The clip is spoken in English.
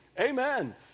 Amen